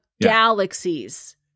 galaxies